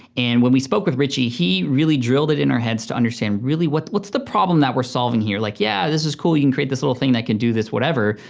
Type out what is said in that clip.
and when we spoke with richie he really drilled it in our heads to understand really what's what's the problem that we're solving here. like yeah, this is cool, you can create this little thing that can do this, whatever,